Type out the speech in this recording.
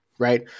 Right